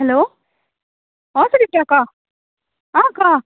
hello চদিপ্ৰিয়া ক' ক'